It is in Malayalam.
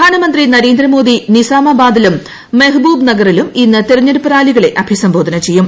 പ്രധാനമന്ത്രി നരേന്ദ്രമോദി നിസാമാബാദിലും മെഹ്ബൂബ് നഗറിലും ഇന്ന് തെരഞ്ഞെടുപ്പ് റാലികളെ അഭിസംബോധന ചെയ്യും